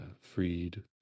freed